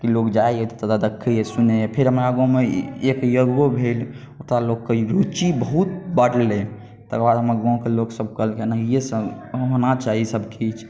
की लोग जाइए तऽ देखैया सुनैया फेर हमरा गाँव मे एक यज्ञो भेल ओतय लोक के रुची बहुत बढ़लै तकरबाद हमरा गाँव के लोकसब कहलखिन एहिये सन होना चाही ई सब किछु